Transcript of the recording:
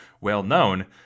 well-known